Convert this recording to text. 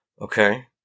Okay